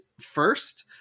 first